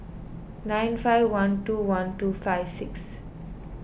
nine five one two one two five six